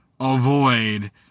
avoid